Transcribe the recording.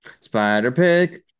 Spider-Pig